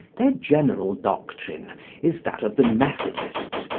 their general doctrine is that of the methodists,